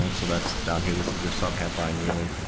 and so that's down here. this is your sub-headline really,